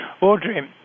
Audrey